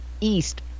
East